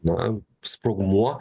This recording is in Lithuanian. na sprogmuo